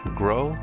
grow